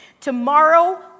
Tomorrow